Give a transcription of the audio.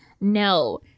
No